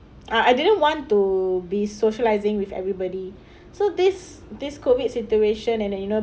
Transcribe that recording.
I I didn't want to be socialising with everybody so this this COVID situation and then you know